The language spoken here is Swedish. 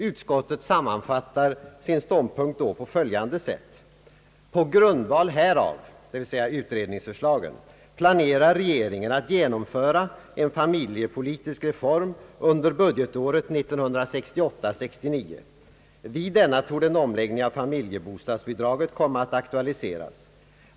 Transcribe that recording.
Utskottet sammanfattade då sin ståndpunkt på följande sätt: »På grundval härav» — dvs. utredningsförslaget — »planerar regeringen att genomföra en familjepolitisk reform under budgetåret 1968/69. Vid denna torde en omläggning av = familjebostadsbidraget komma att aktualiseras.